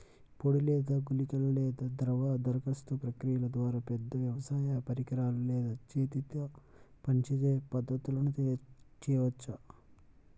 పొడి లేదా గుళికల లేదా ద్రవ దరఖాస్తు ప్రక్రియల ద్వారా, పెద్ద వ్యవసాయ పరికరాలు లేదా చేతితో పనిచేసే పద్ధతులను చేయవచ్చా?